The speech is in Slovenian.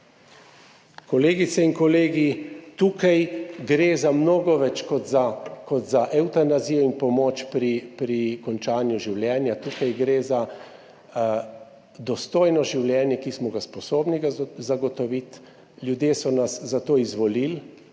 Kolegice in kolegi, tukaj gre za mnogo več kot za evtanazijo in pomoč pri končanju življenja. Tukaj gre za dostojno življenje, ki smo ga sposobni zagotoviti. Ljudje so nas za to izvolili,